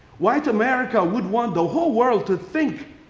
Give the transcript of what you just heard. white america would want the whole world to think,